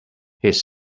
his